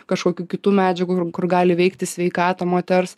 kažkokių kitų medžiagų rum kur gali veikti sveikatą moters